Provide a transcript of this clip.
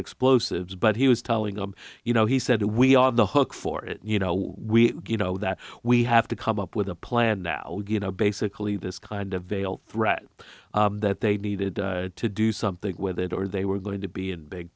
explosives but he was telling them you know he said we are on the hook for it you know we know that we have to come up with a plan now you know basically this kind of veiled threat that they needed to do something with it or they were going to be in big